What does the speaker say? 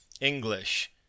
English